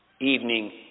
evening